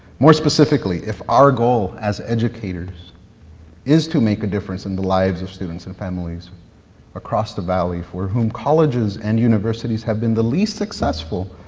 more specifically, if our goal as educators is to make a difference in the lives of students and families across the valley for whom colleges and universities have been the least successful